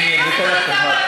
קשקוש, אני אתן לך את הזמן.